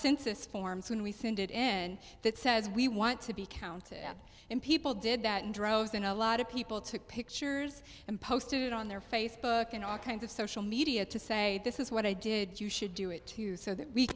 census forms when we did in that says we want to be counted and people did that in droves and a lot of people took pictures and posted on their facebook and all kinds of social media to say this is what i did you should do it too so that we